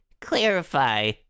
clarify